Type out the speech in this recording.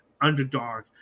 underdog